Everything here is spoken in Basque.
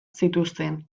zituzten